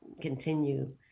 continue